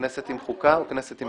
כנסת עם חוקה או כנסת עם פנים?